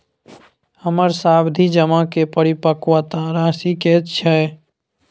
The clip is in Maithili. हमर सावधि जमा के परिपक्वता राशि की छै?